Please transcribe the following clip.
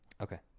Okay